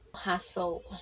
hassle